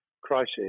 crisis